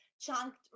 chunked